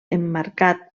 emmarcat